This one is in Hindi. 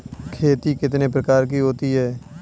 खेती कितने प्रकार की होती है?